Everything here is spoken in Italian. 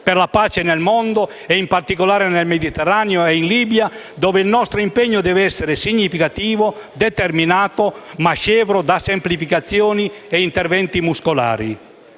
per la pace nel mondo e, in particolare, nel Mediterraneo e in Libia, dove il nostro impegno deve essere significativo, determinato, ma scevro da semplificazioni e interventi muscolari.